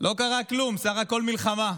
לא קרה כלום, סך הכול מלחמה.